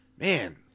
man